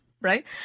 right